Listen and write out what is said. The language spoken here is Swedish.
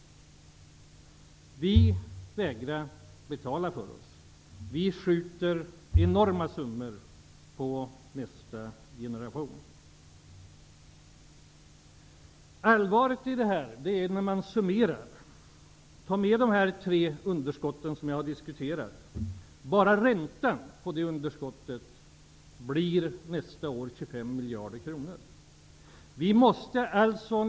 Vi vägrar betala för oss. Vi skjuter över enorma summor på nästa generation. Allvaret inser man när man summerar och tar med de tre underskott som jag har beskrivit. Enbart räntan på dessa underskott blir 25 miljarder kronor under nästa budgetår.